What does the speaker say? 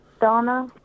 Donna